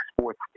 sports